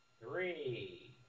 three